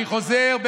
אני חוזר,